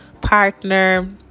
partner